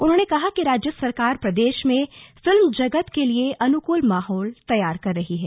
उन्होंने कहा कि राज्य सरकार प्रदेश में फिल्म जगत के लिए अनुकूल माहौल तैयार कर रही है